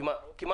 את לא היית כאן.